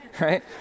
right